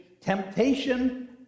temptation